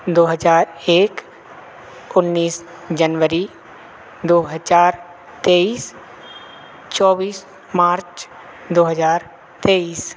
दो हज़ार एक उन्नीस जनवरी दो हज़ार तेईस चौबीस मार्च दो हज़ार तेईस